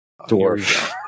dwarf